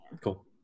cool